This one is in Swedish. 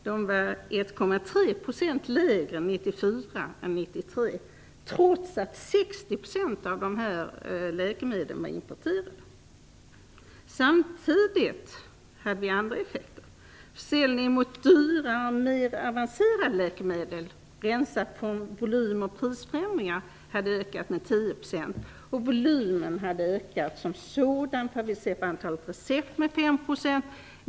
De var 1,3 % lägre 1994 än 1993, trots att 60 % av de här läkemedlen var importerade. Samtidigt hade vi andra effekter. Försäljningen av dyrare och mer avancerade läkemedel, rensat från volym och prisförändringar, hade ökat med 10 %, och volymen som sådan hade ökat - det har vi sett av antalet recept - med 5 %.